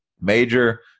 major